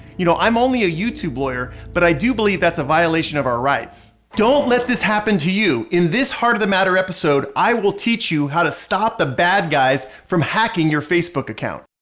you know i'm only a youtube lawyer but i do believe that's a violation of our rights. don't let this happen to you. in this heart of the matter episode, i will teach you how to stop the bad guys from hacking your facebook account.